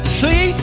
see